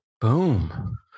Boom